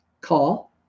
call